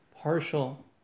partial